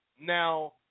Now